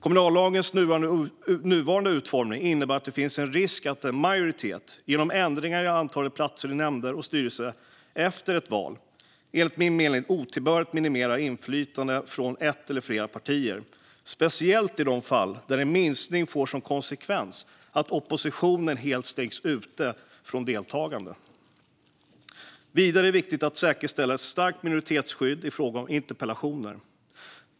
Kommunallagens nuvarande utformning innebär att det finns en risk att en majoritet genom ändringar i antalet platser i nämnder och styrelser efter ett val, enligt min mening otillbörligt, minimerar inflytande från ett eller flera partier speciellt i de fall där en minskning får som konsekvens att oppositionen helt stängs ute från deltagande. Vidare är det viktigt att säkerställa ett starkt minoritetsskydd i fråga om interpellationer.